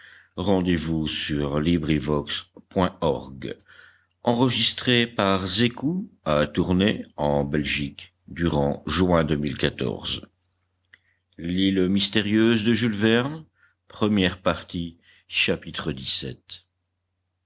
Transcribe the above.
verne l'île mystérieuse table des matières partie